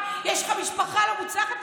יש לך משפחה לא מוצלחת?